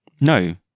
No